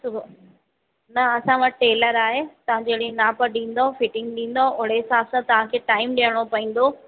सिॿ न असां वटि टेलर आहे तव्हां जहिड़ी नाप ॾींदव फ़िटिंग ॾींदव ओड़े हिसाब सां तव्हां खे टाइम ॾियणो पईंदो